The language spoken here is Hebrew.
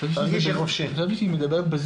אפליה היא לא כלכלית.